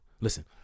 listen